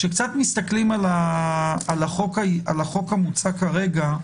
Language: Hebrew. כשקצת מסתכלים על החוק המוצע כרגע,